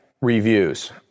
Reviews